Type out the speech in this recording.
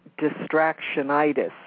distractionitis